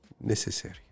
necessary